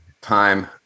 time